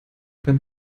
beim